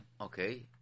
Okay